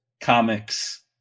comics